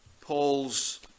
Paul's